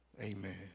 Amen